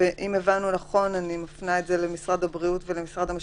משרד הבריאות ומשרד המשפטים,